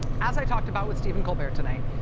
as i talked about with stephen colbert tonight,